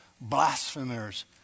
blasphemers